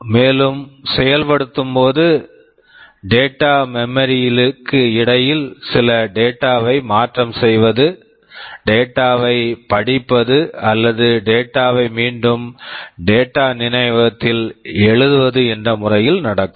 மேலும் செயல்படுத்தும்போது data memory data memory ற்கு இடையில் சில டேட்டா data வை மாற்றம் செய்வது டேட்டா data வை படிப்பது அல்லது டேட்டாdata வை மீண்டும் டேட்டாdata நினைவகத்தில் எழுதுவது என்ற முறையில் நடக்கும்